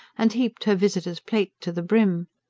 and heaped her visitor's plate to the brim.